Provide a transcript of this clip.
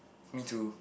me too